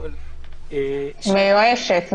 מיואשת.